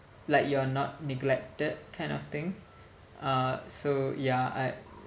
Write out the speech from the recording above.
like you're not neglected kind of thing uh so yeah I